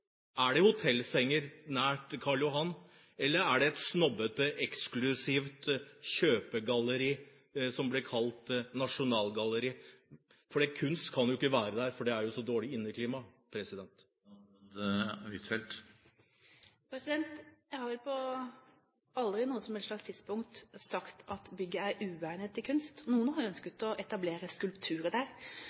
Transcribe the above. er det hotellsenger nær Karl Johan, eller er det et snobbete, eksklusivt kjøpegalleri som blir kalt Nasjonalgalleriet? Kunst kan jo ikke være der, for det er jo så dårlig inneklima. Jeg har aldri på noe som helst slags tidspunkt sagt at bygget er uegnet for kunst. Noen har jo ønsket å etablere skulpturer der.